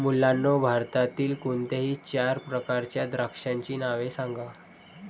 मुलांनो भारतातील कोणत्याही चार प्रकारच्या द्राक्षांची नावे सांगा